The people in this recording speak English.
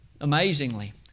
Amazingly